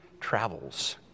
travels